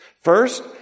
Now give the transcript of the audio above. First